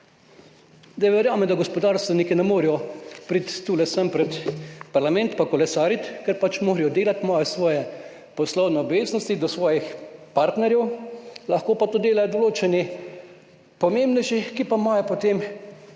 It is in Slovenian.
Verjamem, da gospodarstveniki ne morejo priti sem pred parlament in kolesariti, ker pač morajo delati, imajo svoje poslovne obveznosti do svojih partnerjev, lahko pa to delajo določeni pomembnejši, ki pa imajo potem